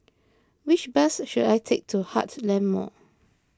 which bus should I take to Heartland Mall